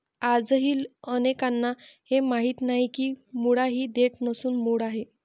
आजही अनेकांना हे माहीत नाही की मुळा ही देठ नसून मूळ आहे